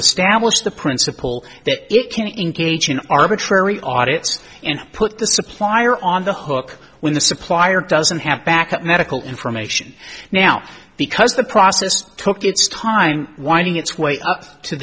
establish the principle that it can engage in arbitrary audits and put the supplier on the hook when the supplier doesn't have backup medical information now because the process took its time winding its way up to